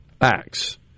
acts